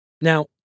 Now